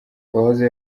uwahoze